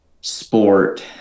sport